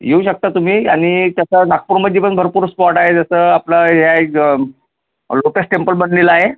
येऊ शकता तुम्ही आणि त्याचं नागपूरमध्ये पण भरपूर स्पॉट आहे जसं आपलं हे आहे लोटस टेम्पल बनलेला आहे